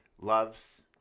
loves